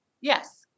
Yes